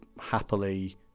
happily